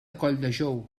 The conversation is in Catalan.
colldejou